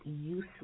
useless